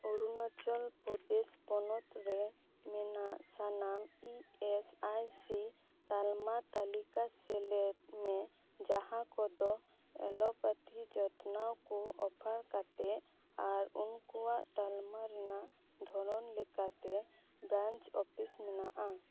ᱚᱨᱩᱱᱟᱞᱪᱚᱞ ᱯᱨᱚᱫᱮᱥ ᱯᱚᱱᱚᱛ ᱨᱮ ᱢᱮᱱᱟᱜ ᱥᱟᱱᱟᱢ ᱤ ᱮᱥ ᱟᱭ ᱥᱤ ᱛᱟᱞᱢᱟ ᱛᱟᱞᱤᱠᱟ ᱥᱮᱞᱮᱫ ᱢᱮ ᱡᱟᱦᱟᱸ ᱠᱚᱫᱚ ᱮᱞᱳᱯᱮᱛᱷᱤ ᱡᱚᱛᱱᱟᱣ ᱠᱚ ᱚᱯᱷᱟᱨ ᱠᱟᱛᱮᱫ ᱟᱨ ᱩᱱᱠᱩᱣᱟᱜ ᱛᱟᱞᱢᱟ ᱨᱮᱱᱟᱜ ᱫᱷᱚᱨᱚᱱ ᱞᱮᱠᱟᱛᱮ ᱵᱨᱟᱱᱪ ᱚᱯᱷᱤᱥ ᱢᱮᱱᱟᱜ ᱟ